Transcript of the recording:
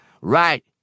right